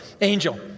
angel